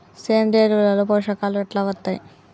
సేంద్రీయ ఎరువుల లో పోషకాలు ఎట్లా వత్తయ్?